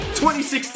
2016